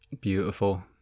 Beautiful